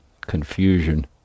confusion